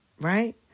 Right